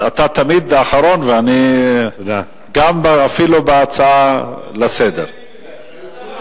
אתה תמיד אחרון, אפילו בהצעה לסדר-היום.